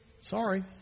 sorry